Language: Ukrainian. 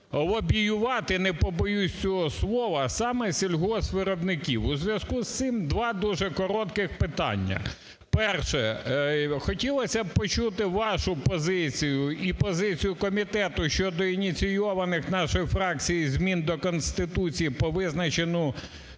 лобіювати, не побоюсь цього слова, саме сільгоспвиробників. У зв'язку з цим два дуже коротких питання. Перше. Хотілося б почути вашу позицію і позицію комітету щодо ініційованих нашою фракцією змін до Конституції по визначенню